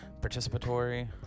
participatory